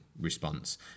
response